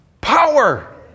power